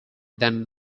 then